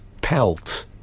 pelt